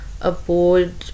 aboard